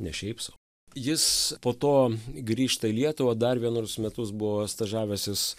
ne šiaip sau jis po to grįžta į lietuvą dar vienus metus buvo stažavęsis